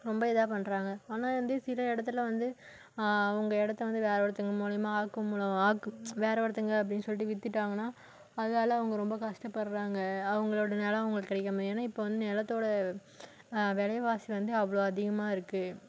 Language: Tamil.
ரொம்ப இதாக பண்ணுறாங்க ஆனால் வந்து சில இடத்துல வந்து அவங்க இடத்த வந்து வேறு ஒருத்தவங்க மூலயமா ஆக்குமூலம் ஆக்கு வேறு ஒருத்தவங்க அப்படின் சொல்லிட்டு விற்றுட்டாங்கனா அதனால அவங்க ரொம்ப கஷ்டப்படுறாங்க அவங்களோட நிலம் அவங்களுக்கு கிடைக்காம ஏன்னால் இப்போ வந்து நிலத்தோட விலை வாசி வந்து அவ்வளோ அதிகமாக இருக்குது